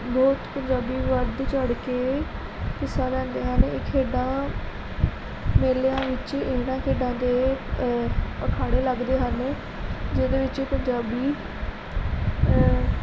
ਬਹੁਤ ਪੰਜਾਬੀ ਵੱਧ ਚੜ੍ਹ ਕੇ ਹਿੱਸਾ ਲੈਂਦੇ ਹਨ ਇਹ ਖੇਡਾਂ ਮੇਲਿਆਂ ਵਿੱਚ ਇਹਨਾਂ ਖੇਡਾਂ ਦੇ ਅਖਾੜੇ ਲੱਗਦੇ ਹਨ ਜਿਹਦੇ ਵਿੱਚ ਪੰਜਾਬੀ